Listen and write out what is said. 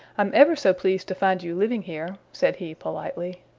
i'm ever so pleased to find you living here, said he politely.